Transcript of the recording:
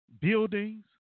buildings